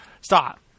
Stop